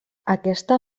aquesta